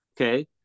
okay